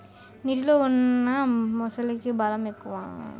నీటిలో ఉన్న మొసలికి బలం ఎక్కువ